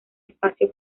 espacio